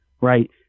Right